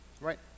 right